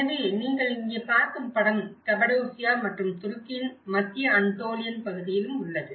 எனவே நீங்கள் இங்கே பார்க்கும் படம் கபடோசியா மற்றும் துருக்கியின் மத்திய அன்டோலியன் பகுதியிலும் உள்ளது